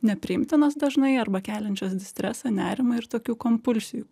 nepriimtinos dažnai arba keliančios stresą nerimą ir tokių kompulsijų